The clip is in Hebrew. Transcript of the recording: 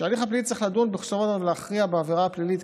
שבהליך הפלילי צריך לדון ובסופו של דבר להכריע בעבירה הפלילית,